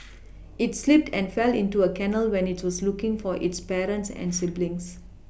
it slipped and fell into a canal when it was looking for its parents and siblings